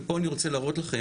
ופה אני רוצה להראות לכם,